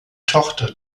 tochter